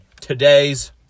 today's